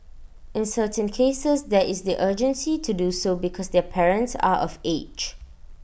in certain cases there is the urgency to do so because their parents are of age